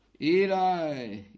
Eli